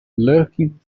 lurking